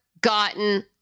gotten